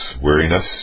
weariness